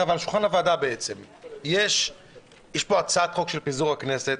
ועל שולחן הוועדה יש הצעת חוק לפיזור הכנסת,